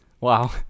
Wow